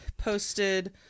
posted